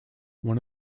one